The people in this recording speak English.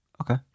okay